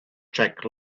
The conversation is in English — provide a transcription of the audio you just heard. jack